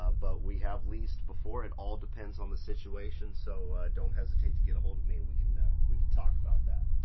but we have leased before. it all depends on the situation, so don't hesitate to get a hold of me. we can we can talk about that,